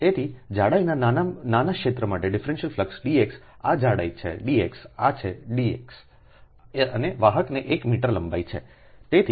તેથી જાડાઈના નાના ક્ષેત્ર માટે ડિફરન્ટલ ફ્લક્સ dx આ જાડાઈ છે dx છે આ dx છે અને વાહકની એક મીટર લંબાઈ છે